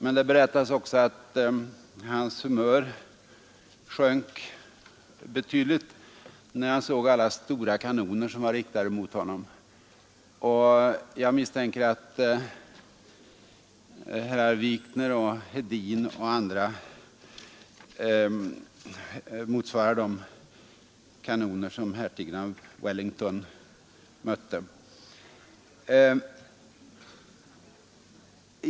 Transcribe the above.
Men det berättades också att hans humör sjönk betydligt när han såg alla stora kanoner som var riktade mot honom. Jag har just nu en känsla av att herr Wikner, herr Hedin m.fl. motsvarar de kanoner som hertigen av Wellington mötte.